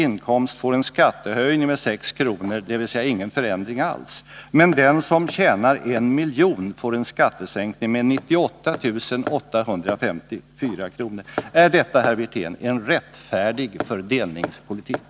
i inkomst får en skattehöjning med 6 kr., dvs. ingen förändring alls, medan den som tjänar 1 miljon får 98 854 kr., är detta, herr Wirtén, en rättfärdig fördelningspolitik?